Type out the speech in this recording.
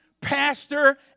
pastor